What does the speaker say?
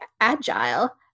agile